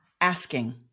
asking